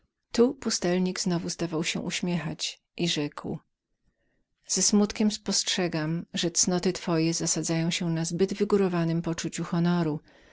tu pustelnik znowu zdawał się uśmiechać i rzekł ze smutkiem spostrzegam że cnoty twoje zasadzają się na zbyt wygórowanem uczuciu honoru